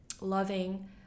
loving